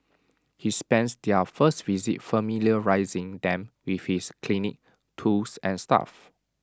he spends their first visit familiarising them with his clinic tools and staff